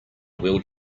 wheel